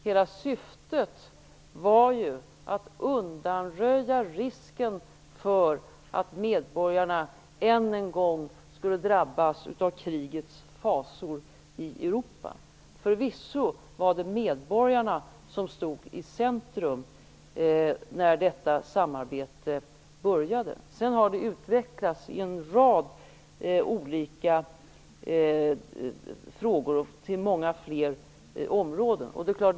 Hela syftet var ju att undanröja risken för att medborgarna än en gång skulle drabbas av krigets fasor i Europa. Förvisso var det medborgarna som stod i centrum när detta samarbete började. Sedan har det utvecklats i en rad olika frågor och till många fler områden.